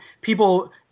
people